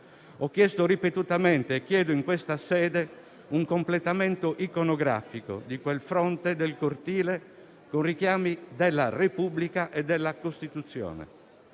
Ho chiesto ripetutamente e chiedo in questa sede un completamento iconografico di quel fronte del cortile con richiami della Repubblica e della Costituzione.